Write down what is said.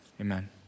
Amen